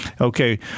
Okay